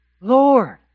Lord